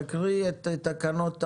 הצבעה תקנה 3 אושרה תקריאי את תקנות 4,